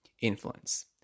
influence